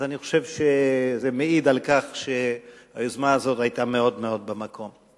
אני חושב שזה מעיד על כך שהיוזמה הזאת היתה מאוד מאוד במקום.